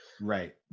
Right